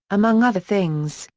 among other things,